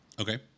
Okay